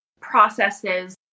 processes